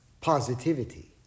positivity